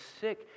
sick